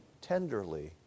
tenderly